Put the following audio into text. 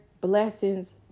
blessings